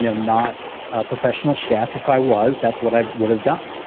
you know not professional chef, if i was, that's what i would have done.